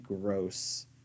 gross